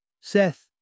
Seth